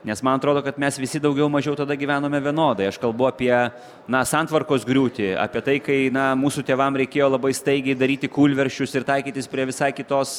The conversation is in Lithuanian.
nes man atrodo kad mes visi daugiau mažiau tada gyvenome vienodai aš kalbu apie na santvarkos griūtį apie tai kai na mūsų tėvams reikėjo labai staigiai daryti kūlversčius ir taikytis prie visai kitos